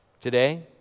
today